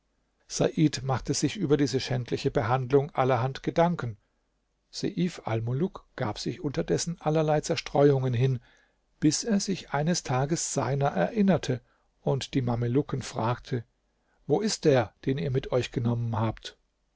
said machte sich über diese schändliche behandlung allerhand gedanken seif almuluk gab sich unterdessen allerlei zerstreuungen hin bis er sich eines tages seiner erinnerte und die mamelucken fragte wo ist der den ihr mit euch genommen habt